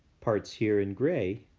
parts here in gray,